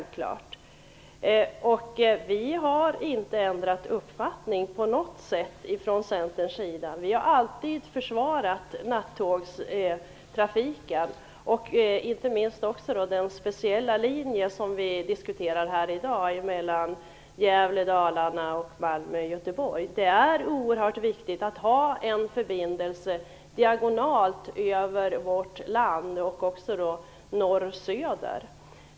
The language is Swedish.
Vi i Centern har inte på något sätt ändrat uppfattning. Vi har alltid försvarat nattågstrafiken och, inte minst, den speciella linjen Gävle-Dalarna Göteborg/Malmö, vilken vi diskuterar här i dag. Det är oerhört viktigt att ha en förbindelse diagonalt över vårt land och även i riktningen norr-söder.